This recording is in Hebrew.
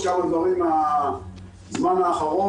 כל מיני דברים מהזמן האחרון,